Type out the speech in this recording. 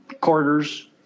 quarters